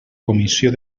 comissió